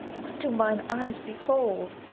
what do mine eyes behold?